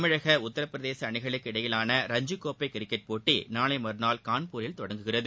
தமிழக உத்திரபிரதேச அணிகளுக்கு இடையேயாள ரஞ்சிக் கோப்பை கிரிக்கெட் போட்டி நாளை மறநாள் கான்பூரில் தொடங்குகிறது